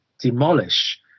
demolish